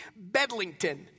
Bedlington